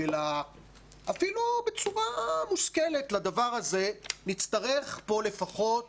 אלא בצורה מושכלת לדבר הזה נצטרך פה לפחות